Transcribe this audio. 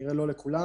כנראה, לא לכולם